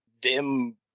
dim